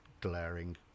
glaring